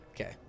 Okay